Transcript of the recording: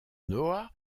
noah